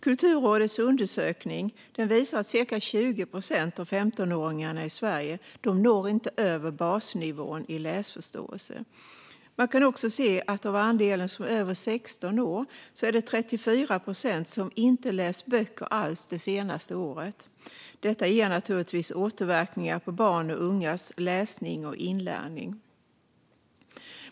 Kulturrådets undersökning visar att cirka 20 procent av 15-åringarna i Sverige inte når över basnivån i läsförståelse. Man kan också se att av alla över 16 år är det 34 procent som inte läst böcker alls det senaste året. Detta ger naturligtvis återverkningar på barns och ungas läsning och inlärning.